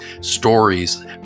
stories